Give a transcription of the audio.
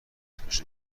اسمش